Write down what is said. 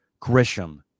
Grisham